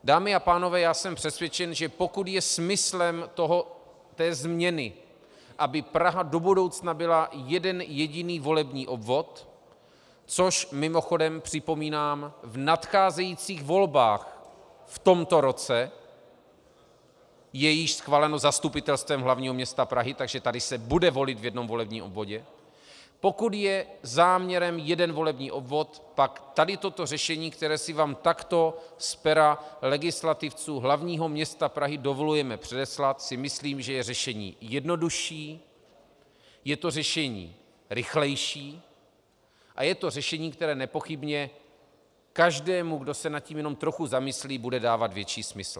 Dámy a pánové, já jsem přesvědčen, že pokud je smyslem té změny, aby Praha do budoucna byla jeden jediný volební obvod, což mimochodem, připomínám, v nadcházejících volbách v tomto roce je již schváleno Zastupitelstvem hl. m. Prahy, takže tady se bude volit v jednom volebním obvodě, pokud je záměrem jeden volební obvod, pak tady toto řešení, které si vám takto z pera legislativců hl. m. Prahy dovolujeme předeslat, si myslím, že je řešení jednodušší, je to řešení rychlejší a je to řešení, které nepochybně každému, kdo se nad tím jenom trochu zamyslí, bude dávat větší smysl.